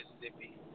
Mississippi